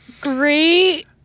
great